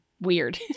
weird